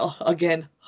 again